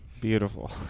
Beautiful